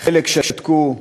חלק שתקו,